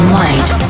light